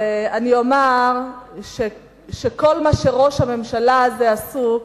אז אני אומר שכל מה שראש הממשלה הזה עסוק